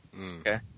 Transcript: Okay